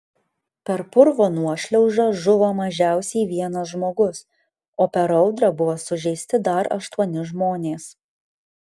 per purvo nuošliaužą žuvo mažiausiai vienas žmogus o per audrą buvo sužeisti dar aštuoni žmonės